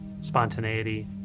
spontaneity